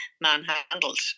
manhandled